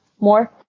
more